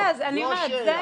- זו השאלה.